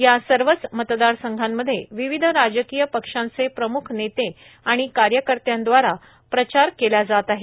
या सर्वच मतदारसंघांमध्ये विविध राजकीय पक्षांचे प्रम्ख नेते आणि कार्यकत्र्यांदवारा प्रचार केला जात आहे